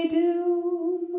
doom